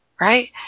right